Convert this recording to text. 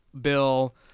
bill